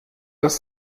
das